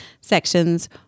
sections